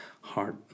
Heart